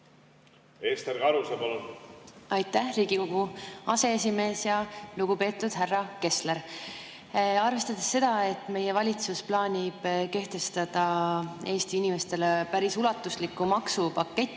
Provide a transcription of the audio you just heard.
Kuningriigis. Aitäh, Riigikogu aseesimees! Lugupeetud härra Kessler! Arvestades seda, et meie valitsus plaanib kehtestada Eesti inimeste jaoks päris ulatuslikku maksupaketti